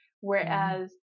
whereas